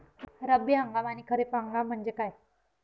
रब्बी हंगाम आणि खरीप हंगाम म्हणजे काय?